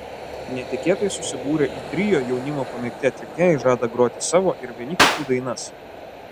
netikėtai susibūrę į trio jaunimo pamėgti atlikėjai žada groti savo ir vieni kitų dainas